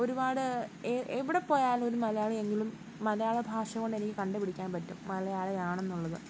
ഒരുപാട് എവിടെ പോയാലുമൊരു മലയാളിയെ എങ്കിലും മലയാള ഭാഷ കൊണ്ടെനിക്കു കണ്ടുപിടിക്കാൻ പറ്റും മലയാളിയാണെന്നുള്ളത്